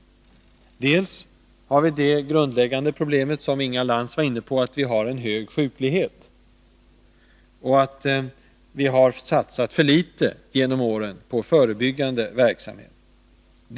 För det första har vi det grundläggande problem som Inga Lantz var inne på, att vi har en hög sjuklighet och att vi har satsat för litet genom åren på förebyggande verksamhet.